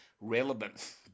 relevant